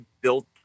built